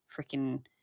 freaking